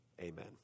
Amen